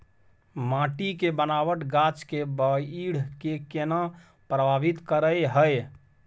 माटी के बनावट गाछ के बाइढ़ के केना प्रभावित करय हय?